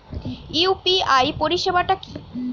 UPI পরিসেবাটা কি?